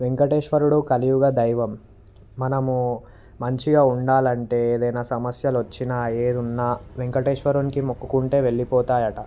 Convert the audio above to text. వేంకటేశ్వరుడు కలియుగ దైవం మనము మంచిగా ఉండాలంటే ఏదైనా సమస్యలు వచ్చినా ఏది ఉన్నా వేంకటేశ్వరునికి మొక్కుకుంటే వెళ్ళిపోతాయట